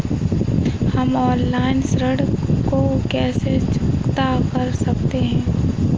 हम ऑनलाइन ऋण को कैसे चुकता कर सकते हैं?